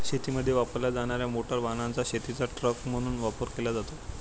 शेतीमध्ये वापरल्या जाणार्या मोटार वाहनाचा शेतीचा ट्रक म्हणून वापर केला जातो